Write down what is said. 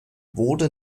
wurde